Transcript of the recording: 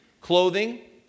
clothing